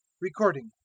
Recording